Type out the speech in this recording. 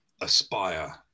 aspire